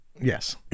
yes